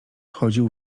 chodził